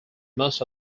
most